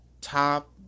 top